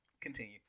Continue